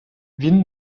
він